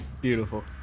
Beautiful